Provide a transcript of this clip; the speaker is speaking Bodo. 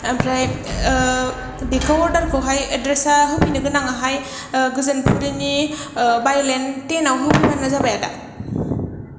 आमफ्राय बेखौ अर्डार खौहाय एडड्रेसा होफैनो गोनाङाहाय गोजोनपुरिनि बाइलेन टेनाव होफैबानो जाबाय आदा